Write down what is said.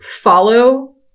follow